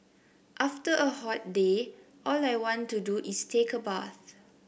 after a hot day all I want to do is take a bath